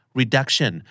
reduction